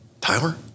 Tyler